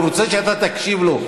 הוא רוצה שאתה תקשיב לו.